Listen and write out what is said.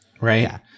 right